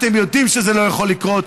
אתם יודעים שזה לא יכול לקרות.